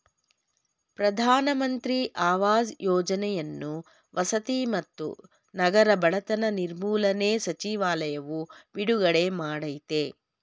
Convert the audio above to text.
ಪ್ರಧಾನ ಮಂತ್ರಿ ಆವಾಸ್ ಯೋಜನೆಯನ್ನು ವಸತಿ ಮತ್ತು ನಗರ ಬಡತನ ನಿರ್ಮೂಲನೆ ಸಚಿವಾಲಯವು ಬಿಡುಗಡೆ ಮಾಡಯ್ತೆ